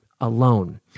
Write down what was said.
alone